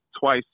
twice